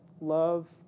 love